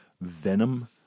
Venom